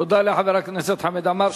תודה לחבר הכנסת חמד עמאר.